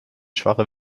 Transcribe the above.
schwache